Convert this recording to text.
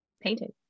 painting